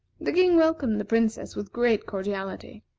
the king welcomed the princess with great cordiality.